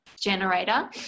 generator